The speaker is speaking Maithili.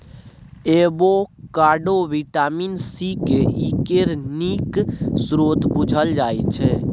avocado vitamin C, K, E केर नीक स्रोत बुझल जाइ छै